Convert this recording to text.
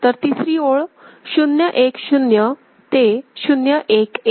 तर तिसरी ओळ 0 1 0 ते 0 1 1